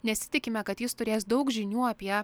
nesitikime kad jis turės daug žinių apie